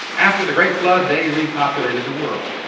after the great flood they repopulated the world.